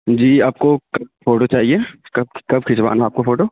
جی آپ کو کب فوٹو چاہیے کب کب کھچوانا ہے آپ کو فوٹو